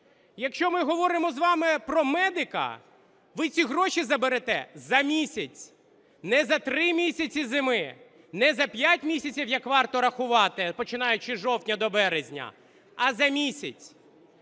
Якщо ми говоримо з вами про медика, ви ці гроші заберете за місяць, не за три місяці зими, не за п'ять місяців, як варто рахувати, починаючи з жовтня до березня, а за місяць.